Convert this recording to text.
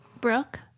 Brooke